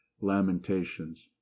lamentations